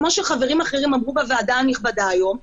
כמו שחברים אחרים אמרו בוועדה הנכבדה היום,